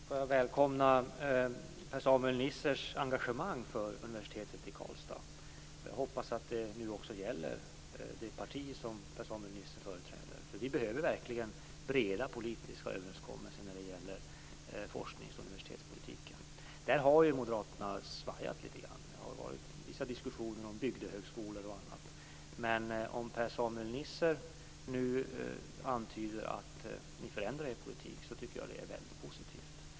Fru talman! Jag välkomnar Per-Samuel Nissers engagemang för universitetet i Karlstad. Jag hoppas att det nu också gäller det parti som Per-Samuel Nisser företräder. För vi behöver verkligen breda politiska överenskommelser när det gäller forsknings och universitetspolitiken. Där har ju Moderaterna svajat lite grann. Det har varit vissa diskussioner om bygdehögskolor och annat. Men om Per-Samuel Nisser nu antyder att ni förändrar er politik så tycker jag att det är väldigt positivt.